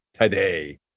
today